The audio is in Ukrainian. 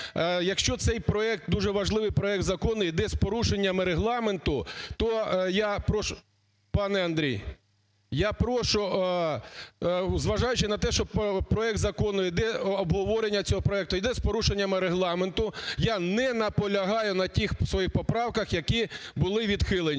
якщо цей проект дуже важливий, проект закону, іде з порушеннями Регламенту, то я прошу… Пане Андрій, я прошу, зважаючи на те, що проект закону, йде обговорення цього проекту, йде з порушеннями Регламенту, а не наполягаю на тих своїх поправках, які були відхилені.